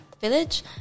village